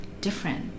different